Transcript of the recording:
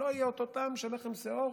לא יהיה לו את אותו הטעם של לחם שאור